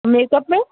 makeup में